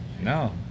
no